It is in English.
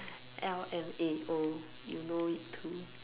L M A O you know it too